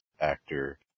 actor